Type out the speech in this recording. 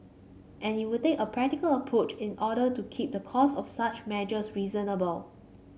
and it will take a practical approach in order to keep the cost of such measures reasonable